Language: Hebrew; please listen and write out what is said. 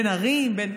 בין ערים,